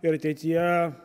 ir ateityje